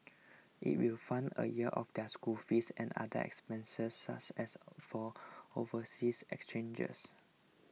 it will fund a year of their school fees and other expenses such as for overseas exchangers